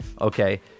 okay